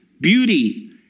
beauty